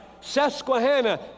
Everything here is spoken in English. Susquehanna